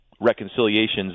reconciliations